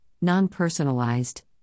non-personalized